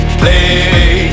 play